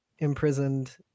Imprisoned